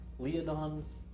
Leodon's